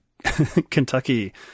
kentucky